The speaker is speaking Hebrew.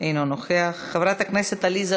חבר הכנסת יואל רזבוזוב,